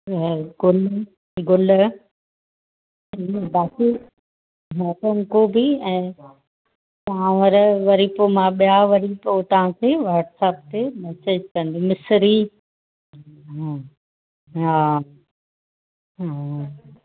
ऐं गुल गुल चांवर वरी पोइ मां ॿिया वरी पोइ तव्हांखे व्हाटसएप ते मैसेज़ कंदुमि मिसरी हा हा हा